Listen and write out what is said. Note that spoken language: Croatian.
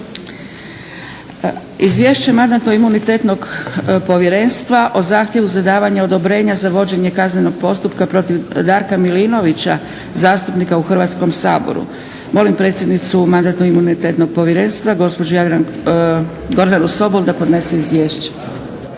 Izvješće mandatno-imunitetnog povjerenstva o zahtjevu za davanje odobrenja za vođenje kaznenog postupka protiv Darka Milinovića, zastupnika u Hrvatskom saboru. Molim predsjednicu mandatno-imunitetnog povjerenstva gospođu Gordanu Sobol da podnese izvješće.